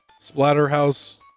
Splatterhouse